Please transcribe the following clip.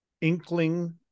inkling